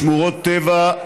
שמורות טבע,